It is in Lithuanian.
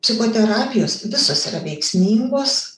psichoterapijos visos yra veiksmingos